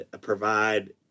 provide